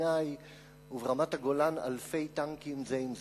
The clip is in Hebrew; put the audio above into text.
סיני וברמת-הגולן אלפי טנקים זה עם זה,